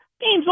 Game's